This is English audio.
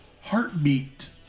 Heartbeat